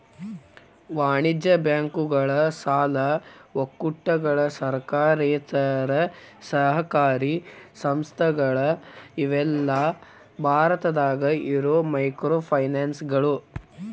ವಾಣಿಜ್ಯ ಬ್ಯಾಂಕುಗಳ ಸಾಲ ಒಕ್ಕೂಟಗಳ ಸರ್ಕಾರೇತರ ಸಹಕಾರಿ ಸಂಸ್ಥೆಗಳ ಇವೆಲ್ಲಾ ಭಾರತದಾಗ ಇರೋ ಮೈಕ್ರೋಫೈನಾನ್ಸ್ಗಳು